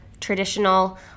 traditional